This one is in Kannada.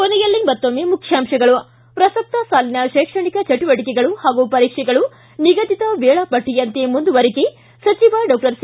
ಕೊನೆಯಲ್ಲಿ ಮತ್ತೊಮ್ಮೆ ಮುಖ್ಯಾಂತಗಳು ್ಟಿ ಪ್ರಸಕ್ತ ಸಾಲಿನ ಶೈಕ್ಷಣಿಕ ಚಟುವಟಿಕೆಗಳು ಹಾಗೂ ಪರೀಕ್ಷೆಗಳು ನಿಗದಿತ ವೇಳಾಪಟ್ಟಿಯಂತೆ ಮುಂದುವರಿಕೆ ಸಚಿವ ಡಾಕ್ವರ್ ಸಿ